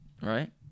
Right